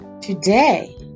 Today